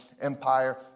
empire